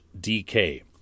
DK